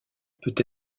peut